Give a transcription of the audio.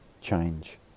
change